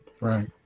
Right